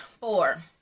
four